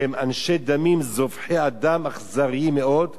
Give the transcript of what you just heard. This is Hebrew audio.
שהם אנשי דמים זובחי אדם אכזריים מאוד,